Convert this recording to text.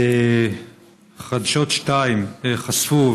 חדשות 2 חשפו,